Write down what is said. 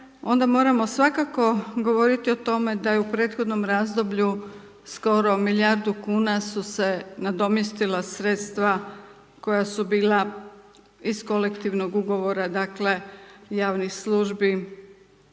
onda moramo svakako voditi o tome, da je prethodnom razdoblju su se nadomjestila sredstva, koja su bila iz kolektivnih ugovora dakle, javnih službi